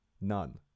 None